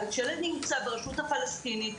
כשילד נמצא ברשות הפלסטינית,